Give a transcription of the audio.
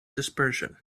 dispersion